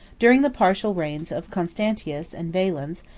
during the partial reigns of constantius and valens,